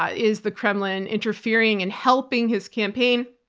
ah is the kremlin interfering and helping his campaign?